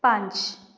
ਪੰਜ